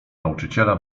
nauczyciela